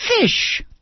fish